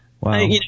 Wow